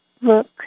look